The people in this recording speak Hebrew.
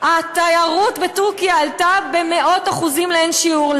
התיירות בטורקיה עלתה במאות אחוזים, לאין שיעור.